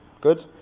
Good